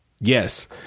Yes